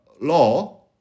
law